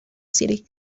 city